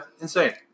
Insane